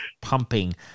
pumping